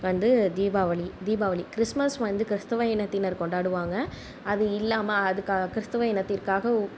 வந்து தீபாவளி தீபாவளி கிறிஸ்மஸ் வந்து கிறிஸ்த்தவ இனத்தினர் கொண்டாடுவாங்க அது இல்லாமல் அதுக்க கிறிஸ்த்தவ இனத்திற்க்காக